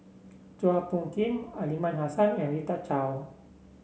Chua Phung Kim Aliman Hassan and Rita Chao